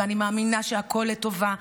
ואני מאמינה שהכול לטובה,